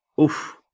oof